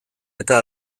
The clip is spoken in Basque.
eta